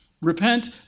Repent